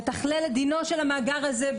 לתכלל את דינו של המאגר הזה,